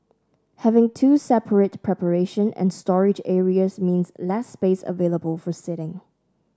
having two separate preparation and storage areas means less space available for seating